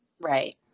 Right